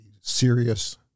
serious